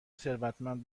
ثروتمند